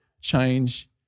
change